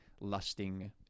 lusting